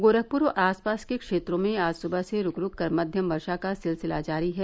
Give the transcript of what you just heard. गोरखपुर और आस पास के क्षेत्रों में आज सुबह से रूक रूक कर मध्यम वर्षा का सिलसिला जारी है